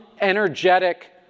energetic